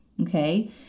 okay